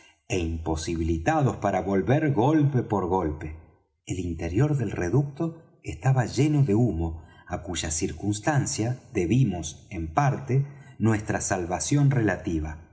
é imposibilitados para volver golpe por golpe el interior del reducto estaba lleno de humo á cuya circunstancia debimos en parte nuestra salvación relativa